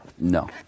No